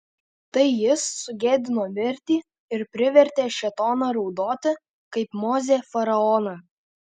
tai jis sugėdino mirtį ir privertė šėtoną raudoti kaip mozė faraoną